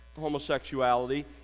homosexuality